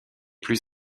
plus